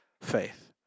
faith